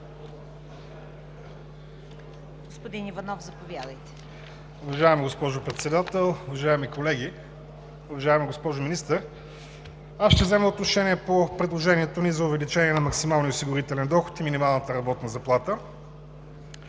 Господин Стойнев, заповядайте.